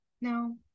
no